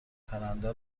پرنده